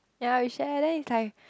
ya we share then is like